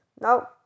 no